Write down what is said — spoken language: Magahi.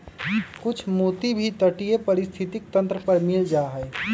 कुछ मोती भी तटीय पारिस्थितिक तंत्र पर मिल जा हई